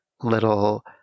little